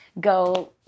go